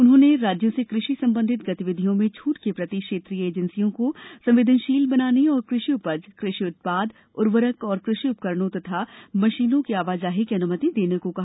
उन्होंने राज्यों से कृषि संबंधित गतिविधियों में छूट के प्रति क्षेत्रीय एजेंसियों को संवेदनशील बनाने और कृषि उपज कृषि उत्पाद उर्वरक और कृषि उपकरणों एवं मशीनों की आवाजाही की अनुमति देने को कहा